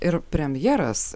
ir premjeras